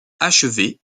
achevée